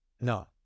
No